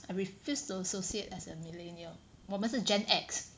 I refuse to associate as a millennial 我们是 gen X